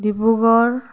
Dibrugarh